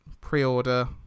pre-order